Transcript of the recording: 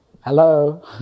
Hello